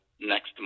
next